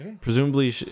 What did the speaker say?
presumably